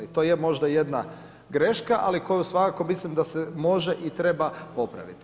I to je možda jedna greška, ali koju svakako mislim da se može i da treba popraviti.